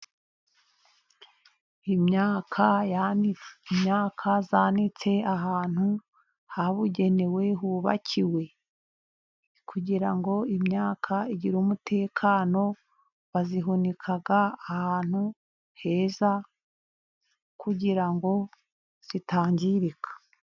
Imyaka yanitse ahantu habugenewe hubakiwe. Kugira ngo imyaka igire umutekano, bayihunika ahantu heza kugira ngo itangirika.